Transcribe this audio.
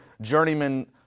journeyman